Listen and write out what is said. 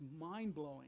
mind-blowing